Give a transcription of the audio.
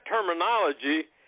terminology